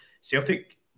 Celtic